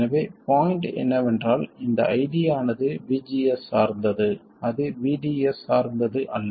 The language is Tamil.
எனவே பாய்ண்ட் என்னவென்றால் இந்த ID ஆனது VGS சார்ந்தது அது VDS சார்ந்தது அல்ல